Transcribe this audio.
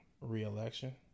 reelection